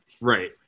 Right